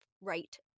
right